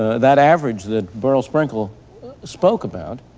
that average that beryl sprinkel spoke about,